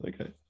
okay